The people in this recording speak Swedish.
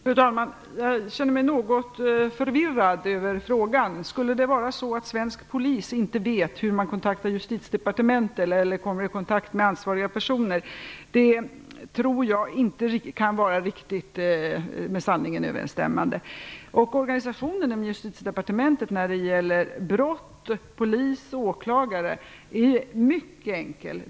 Fru talman! Jag känner mig något förvirrad över frågan. Skulle det vara så att svensk polis inte vet hur man kontaktar Justitiedepartementet eller kommer i kontakt med ansvariga personer? Det tror jag inte kan vara riktigt med sanningen överensstämmande. Organisationen inom Justitiedepartementet när det gäller brott, polis och åklagare är mycket enkel.